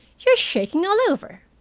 you're shaking all over.